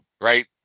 right